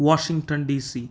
Washington DC